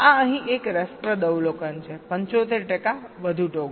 આ અહીં એક રસપ્રદ અવલોકન છે 75 ટકા વધુ ટોગલ